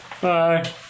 Bye